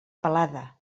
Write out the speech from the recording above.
pelada